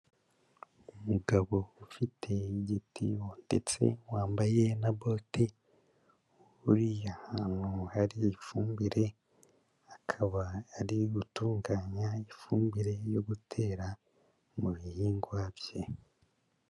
Umugabo ufite igitebo ndetse wambaye na boti, uri ahantu hari ifumbire, akaba ari gutunganya ifumbire yo gutera mu bihingwa bye.